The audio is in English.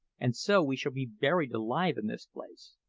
and so we shall be buried alive in this place.